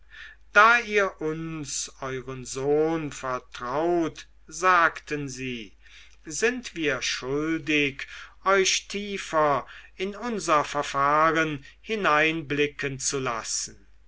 da ihr uns euren sohn vertraut sagten sie sind wir schuldig euch tiefer in unser verfahren hineinblicken zu lassen